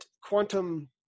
quantum